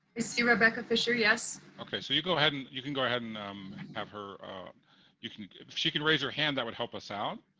see rebecca fischer, yes. ok. so you go ahead and you can go ahead and have her you can if she can raise her hand, that would help us out.